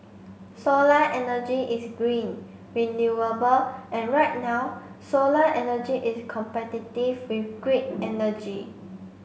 solar energy is green renewable and right now solar energy is competitive with grid energy